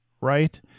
Right